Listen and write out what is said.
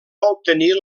obtenir